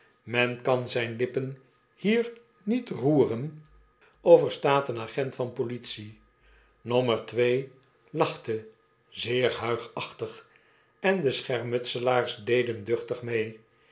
men kan zijn lippen hier niet roeren of er staat een agent van politie nommer twee lachte zeer huigachtig en de schermutselaars deden duchtig mee